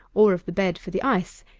or of the bed for the ice,